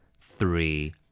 three